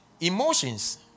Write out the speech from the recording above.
Emotions